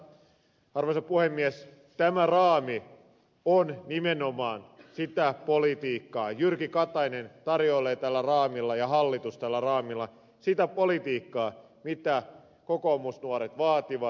itse asiassa arvoisa puhemies tämä raami on nimenomaan sitä politiikkaa jyrki katainen ja hallitus tarjoilevat tällä raamilla sitä politiikkaa mitä kokoomusnuoret vaativat